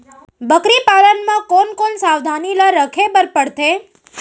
बकरी पालन म कोन कोन सावधानी ल रखे बर पढ़थे?